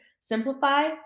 Simplify